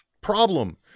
problem